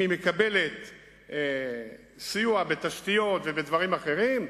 אם היא מקבלת סיוע בתשתיות ובדברים אחרים,